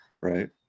right